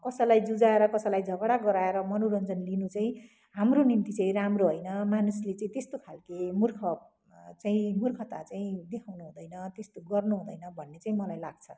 कसैलाई जुझाएर कसैलाई झगडा गराएर मनोरञ्जन लिनु चाहिँ हाम्रो निम्ति चाहिँ राम्रो होइन मानिसले चाहिँ त्यस्तो खालके मूर्ख चाहिँ मूर्खता चाहिँ देखाउनुहुँदैन त्यस्तो गर्नुहुँदैन भन्ने चाहिँ मलाई लाग्छ